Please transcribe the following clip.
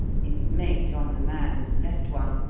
its mate on the man's left one,